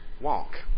Walk